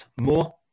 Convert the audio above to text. more